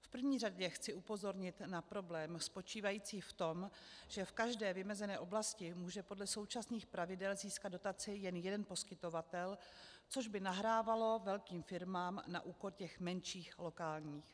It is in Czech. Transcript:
V první řadě chci upozornit na problém spočívající v tom, že v každé vymezené oblasti může podle současných pravidel získat dotaci jen jeden poskytovatel, což by nahrávalo velkým firmám na úkor těch menších, lokálních.